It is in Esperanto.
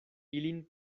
ilin